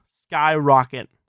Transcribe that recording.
skyrocket